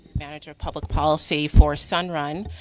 manager of public policy for sun run.